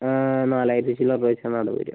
നാലായിരത്തി ചില്വാനം രൂപ വച്ചാണ് അടവ് വരിക